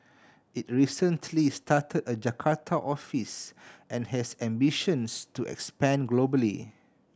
it recently started a Jakarta office and has ambitions to expand globally